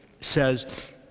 says